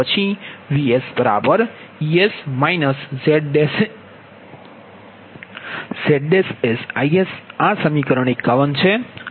પછી VsEs ZsIs આ સમીકરણ 51 છે